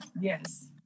Yes